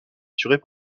assurés